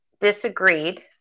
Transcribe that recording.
disagreed